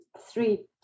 three